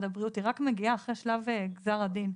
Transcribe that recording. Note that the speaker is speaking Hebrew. הבריאות היא מגיעה רק אחרי שלב גזר הדין,